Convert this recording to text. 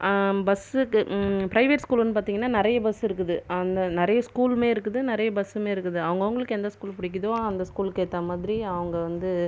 பஸ்ஸுக்கு ப்ரைவேட் ஸ்கூலுன்னு பார்த்திங்கன்னா நிறைய பஸ் இருக்குது ஆனால் நிறய ஸ்கூல்மே இருக்குது நிறைய பஸ்சுமே இருக்குது அவங்க அவங்களுக்கு எந்த ஸ்கூல் பிடிக்கிதோ அந்த ஸ்கூலுக்கு ஏற்றமாதிரி அவங்க வந்து